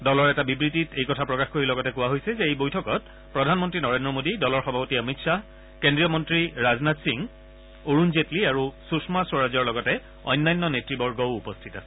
দলৰ এটা বিবৃতিত এই কথা প্ৰকাশ কৰি লগতে কোৱা হৈছে যে এই বৈঠকত প্ৰধানমন্ত্ৰী নৰেন্দ্ৰ মোদী দলৰ সভাপতি অমিত খাহ কেন্দ্ৰীয় মন্ত্ৰী ৰাজনাথ সিং অৰুণ জেটলী আৰু সুষমা স্বৰাজৰ লগতে অন্যান্য নেত়বৰ্গও উপস্থিত আছিল